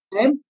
okay